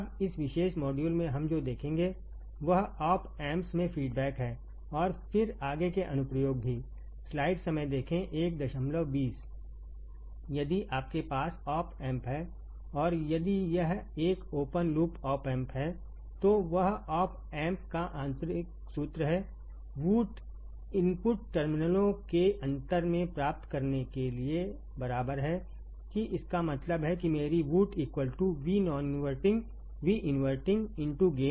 अब इस विशेष मॉड्यूल में हम जो देखेंगे वह ऑप एम्प्स में फीडबैक है और फिर आगे के अनुप्रयोग भी यदि आपके पास ऑप एम्प है और यदि यह एक ओपन लूप ऑप एम्प हैतो वह ऑप एम्प का आंतरिक सूत्र है Voutइनपुट टर्मिनलों के अंतर में प्राप्त करने के लिए बराबर हैकि इसका मतलब है कि मेरी Vout Vनॉनइनवर्टिंगVइनवर्टिंग गेन